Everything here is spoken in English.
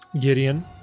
Gideon